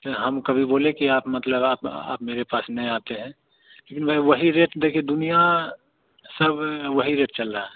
तो हम कभी बोले कि आप मतलब आप आप मेरे पास नहीं आते हैं लेकिन भाई वही रेट दे कर दुनिया सब वही रेट चल रहा है